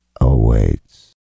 Awaits